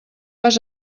vas